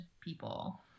people